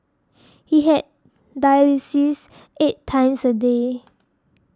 he had dialysis eight times a day